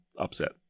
upset